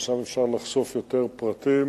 ושם אפשר לחשוף יותר פרטים